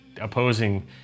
opposing